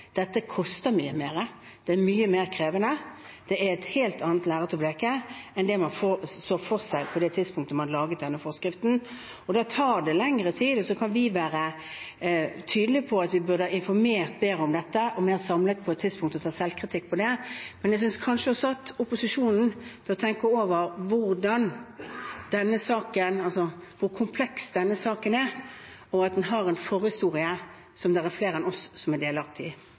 Dette koster mye mer, det er mye mer krevende, og det er et helt annet lerret å bleke enn det man så for seg på det tidspunktet man laget denne forskriften. Da tar det lengre tid. Vi kan være tydelige på at vi på et tidspunkt burde ha informert bedre – og mer samlet – om dette, og ta selvkritikk for det. Men jeg synes kanskje også at opposisjonen bør tenke over hvor kompleks denne saken er, og at den har en forhistorie som flere enn oss er delaktige i.